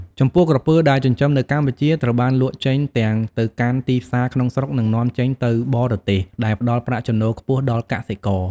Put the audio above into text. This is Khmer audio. ចំពោះក្រពើដែលចិញ្ចឹមនៅកម្ពុជាត្រូវបានលក់ចេញទាំងទៅកាន់ទីផ្សារក្នុងស្រុក និងនាំចេញទៅបរទេស ដែលផ្តល់ប្រាក់ចំណូលខ្ពស់ដល់កសិករ។